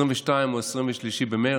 22 או 23 במרץ,